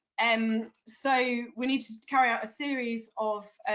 and so we needed to carry out a series of